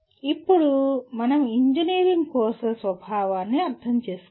ఇప్పుడు మనం ఇంజనీరింగ్ కోర్సుల స్వభావాన్ని అర్థం చేసుకోవాలి